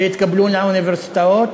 שהתקבלו לאוניברסיטאות,